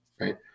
right